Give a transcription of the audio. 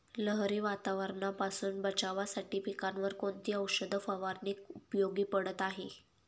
लहरी वातावरणापासून बचावासाठी पिकांवर कोणती औषध फवारणी उपयोगी पडत आहे?